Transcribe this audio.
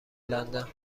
لندن